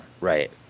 Right